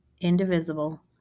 indivisible